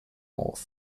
auf